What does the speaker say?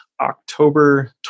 October